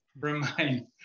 remain